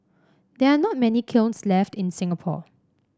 there are not many kilns left in Singapore